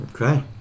Okay